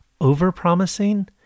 over-promising